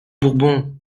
bourbons